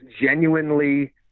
genuinely